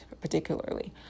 particularly